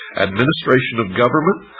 administration, of government,